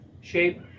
shape